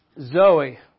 Zoe